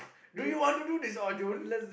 do you want to do this or don't